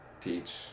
teach